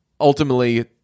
ultimately